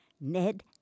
Ned